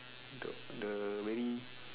the the very